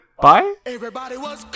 bye